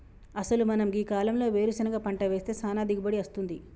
అసలు మనం గీ కాలంలో వేరుసెనగ పంట వేస్తే సానా దిగుబడి అస్తుంది